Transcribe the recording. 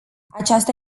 aceasta